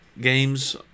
games